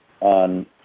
on